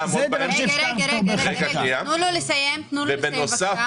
--- תנו לו לסיים, בבקשה.